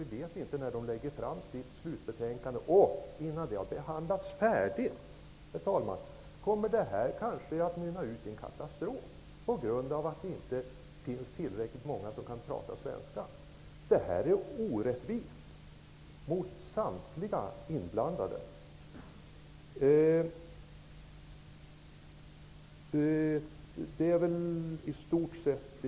Vi vet inte när den lägger fram sitt slutbetänkande, och innan det har behandlats färdigt kommer det här kanske att mynna ut i en katastrof på grund av att det inte finns tillräckligt många som kan prata svenska. Det är orättvist mot samtliga inblandade.